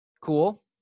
Cool